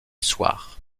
soir